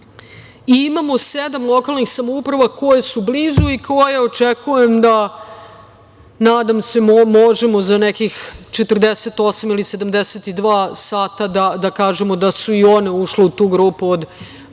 i imamo 7 lokalnih samouprava koje su blizu i koje očekujem da, nadam se, možemo za nekih 48 ili 72 sata da kažemo da su i one ušle u tu grupu od preko